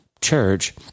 church